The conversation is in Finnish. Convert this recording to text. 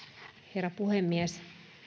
herra puhemies